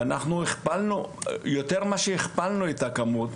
ואנחנו הכפלנו, יותר מאשר הכפלנו את הכמות.